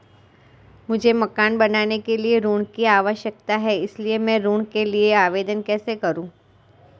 मुझे मकान बनाने के लिए ऋण की आवश्यकता है इसलिए मैं ऋण के लिए आवेदन कैसे करूं?